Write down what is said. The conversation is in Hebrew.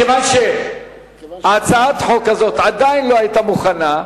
מכיוון שהצעת החוק הזאת עדיין לא היתה מוכנה,